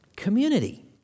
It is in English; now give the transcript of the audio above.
community